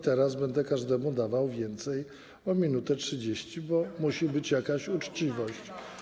Teraz będę każdemu dawał więcej o 1 minutę 30 sekund, bo musi być jakaś uczciwość.